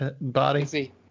body